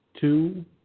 Two